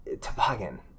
toboggan